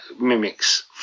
mimics